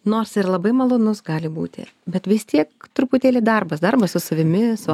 nors ir labai malonus gali būti bet vis tiek truputėlį darbas darbas su savimi su